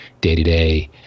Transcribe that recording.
day-to-day